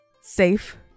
safe